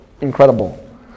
incredible